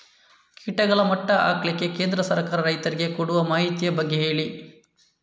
ಕೀಟಗಳ ಮಟ್ಟ ಹಾಕ್ಲಿಕ್ಕೆ ಕೇಂದ್ರ ಸರ್ಕಾರ ರೈತರಿಗೆ ಕೊಡುವ ಮಾಹಿತಿಯ ಬಗ್ಗೆ ಹೇಳಿ